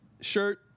shirt